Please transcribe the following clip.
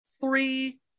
three